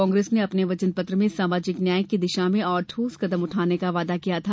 कांग्रेस ने अपने वचनपत्र में सामाजिक न्याय की दिशा में और ठोस कदम उठाने का वादा किया था